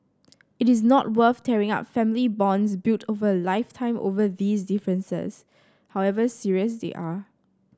it is not worth tearing up family bonds built over lifetime over these differences however serious they are